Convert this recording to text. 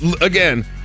Again